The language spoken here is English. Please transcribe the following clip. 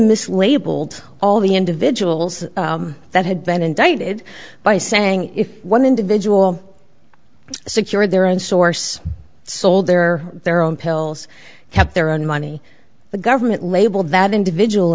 mislabeled all the individuals that had been indicted by saying if one individual secured their own source sold their their own pills kept their own money the government labeled that individual